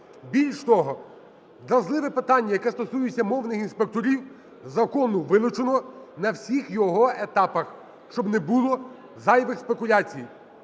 Більш того, вразливе питання, яке стосується мовних інспекторів, з закону вилучено на всіх його етапах, щоб не було зайвих спекуляцій.